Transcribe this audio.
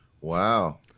Wow